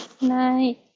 night